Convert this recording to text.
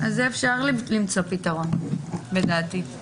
אפשר למצוא לזה פתרון לדעתי.